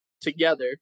together